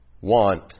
want